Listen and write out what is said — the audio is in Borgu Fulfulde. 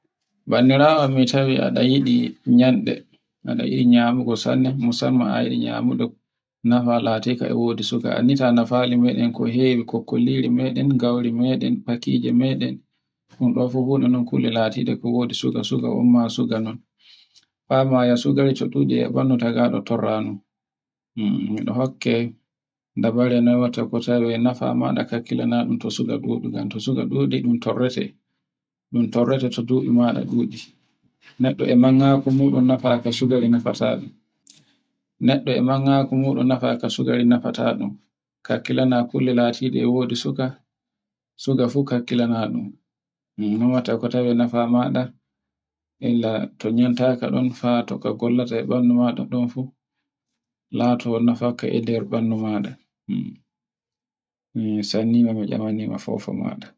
Bandiraawo an mi tawi a da yiɗi nyanɗe, iri nyamugu sanne, musamman a yiɗi nyamugu no falateke e wodi sukaa nika ne fali meɗen ko hewi ko kulliri meɗen, gauri meɗen, fakiji meɗen, un ɗun fu kulli lati ɗe ko wodi suga suga ma soga non, bawo ma so sugari to ɗuɗi e ɓandu tagaɗo torra no. eɗe hokke dabare no watte ko tawe nafamaɗa kakkila naɗun to suka ɗuɗi, to suka ɗuɗi un torrete to duɓi maɗa ɗuɗi, naɗɗe e manya ku muɗum nofaku suga naɗɗe e manya ku muɗum nofaku suga nefatadun kakkilana kulle ltido e wodi suka, suga fu kakkila na dum. no watta ko tawe nefa maɗa illa to nyamtaka ɗum fa toko gollata e bandu maɗa ɗun fu, laato nofakke e nder bandu maɗa mi sanni ma mi nyemani ma fofa maɗa.